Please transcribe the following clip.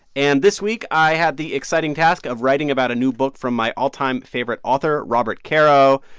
and this week, i had the exciting task of writing about a new book from my all-time favorite author, robert caro.